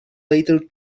later